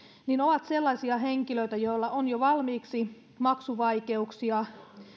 ovat sellaisia henkilöitä joilla on jo valmiiksi maksuvaikeuksia